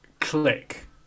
click